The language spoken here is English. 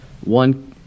one